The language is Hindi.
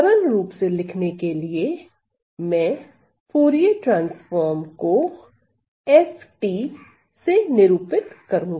सरल रूप से लिखने के लिए मैं फूरिये ट्रांसफॉर्म को FT से निरूपित करूंगा